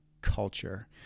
culture